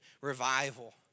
revival